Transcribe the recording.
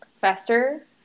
faster